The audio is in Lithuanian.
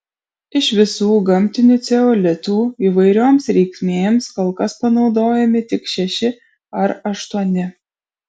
iš visų gamtinių ceolitų įvairioms reikmėms kol kas panaudojami tik šeši ar aštuoni